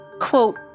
quote